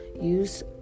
use